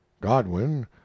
Godwin